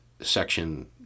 section